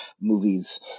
movies